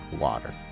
water